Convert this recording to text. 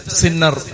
sinner